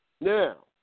Now